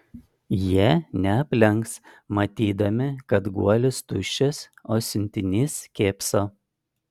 jie neaplenks matydami kad guolis tuščias o siuntinys kėpso